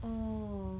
oh